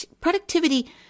productivity